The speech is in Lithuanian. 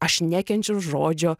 aš nekenčiu žodžio